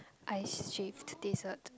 ice shaved dessert